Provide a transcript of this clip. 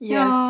Yes